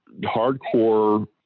hardcore